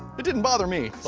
it didn't bother me.